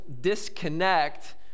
disconnect